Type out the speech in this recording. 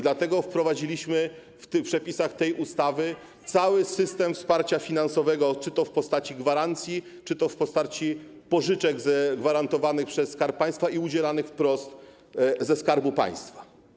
Dlatego wprowadziliśmy w przepisach tej ustawy cały system wsparcia finansowego, czy to w postaci gwarancji, czy to w postaci pożyczek gwarantowanych przez Skarb Państwa i udzielanych wprost ze Skarbu Państwa.